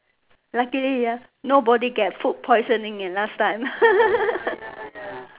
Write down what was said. luckily ah nobody get food poisoning eh last time